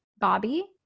Bobby